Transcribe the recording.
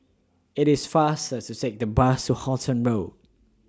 IT IS faster to Take The Bus to Halton Road